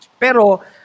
Pero